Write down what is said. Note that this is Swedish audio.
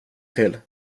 till